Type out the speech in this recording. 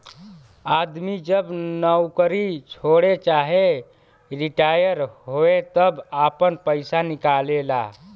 आदमी जब नउकरी छोड़े चाहे रिटाअर होए तब आपन पइसा निकाल लेला